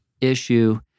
issue